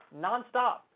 nonstop